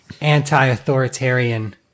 anti-authoritarian